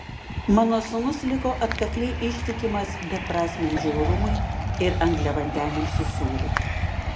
mano sūnus liko atkakliai ištikimas beprasmiam žiaurumui ir angliavandeniams su sūriu